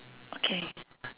okay